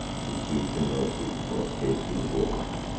who sued for mercy or escaped to the borders.